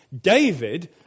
David